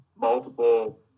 multiple